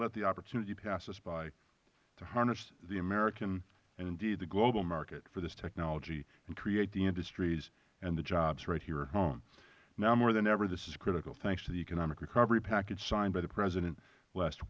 let the opportunity pass us by to harness the american and indeed the global market for this technology and create the industries and the jobs right here at home now more than ever this is critical thanks to the economic recovery package signed by the president last